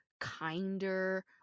kinder